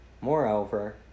Moreover